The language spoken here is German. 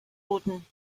routen